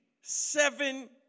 seven